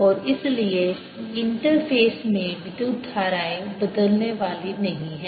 और इसलिए इंटरफ़ेस में विद्युत धाराएं बदलने वाली नहीं हैं